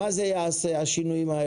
מה יעשו השינויים האלה.